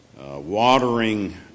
watering